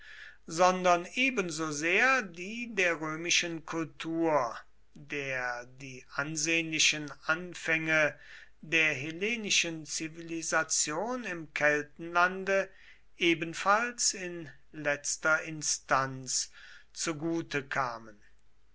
sondern ebensosehr die der römischen kultur der die ansehnlichen anfänge der hellenischen zivilisation im keltenlande ebenfalls in letzter instanz zugute kamen